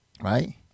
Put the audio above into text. right